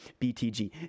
BTG